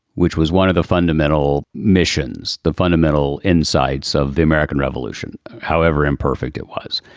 which was one of the fundamental missions, the fundamental insights of the american revolution. however imperfect it was,